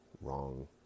wrong